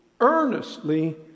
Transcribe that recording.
earnestly